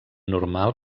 normal